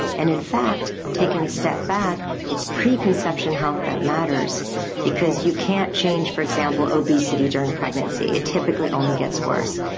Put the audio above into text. and in fact, taking a step back, it's preconception health that matters because you can't change, for example, obesity during pregnancy, it typically only gets worse.